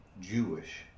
Jewish